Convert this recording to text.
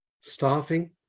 staffing